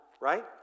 right